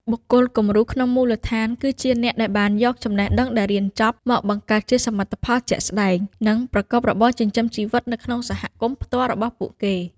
បុគ្គលគំរូក្នុងមូលដ្ឋាន គឺជាអ្នកដែលបានយកចំណេះដឹងដែលរៀនចប់ មកបង្កើតជាសមិទ្ធផលជាក់ស្ដែង និងប្រកបរបរចិញ្ចឹមជីវិតនៅក្នុងសហគមន៍ផ្ទាល់របស់ពួកគេ។